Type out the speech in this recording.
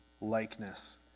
likeness